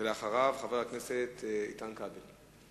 אחריו, חבר הכנסת איתן כבל.